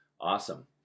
Awesome